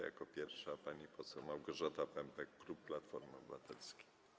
Jako pierwsza - pani poseł Małgorzata Pępek, klub Platformy Obywatelskiej.